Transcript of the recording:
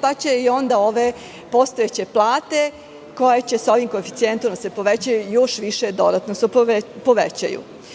pa će onda i ove postojeće plate koje će se ovim koeficijentom da se povećaju još više dodatno se povećaju. Sledeće